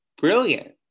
brilliant